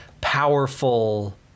powerful